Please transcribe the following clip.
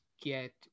get